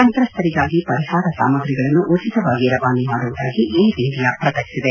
ಸಂತ್ರಸ್ತರಿಗಾಗಿ ಪರಿಹಾರ ಸಾಮಗ್ರಿಗಳನ್ನು ಉಚಿತವಾಗಿ ರವಾನೆ ಮಾಡುವುದಾಗಿ ವಿರ್ ಇಂಡಿಯಾ ಪ್ರಕಟಿಸಿದೆ